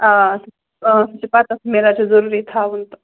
آ پَتہٕ مِلان چھُ ضروٗری تھاوُن تہٕ